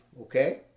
Okay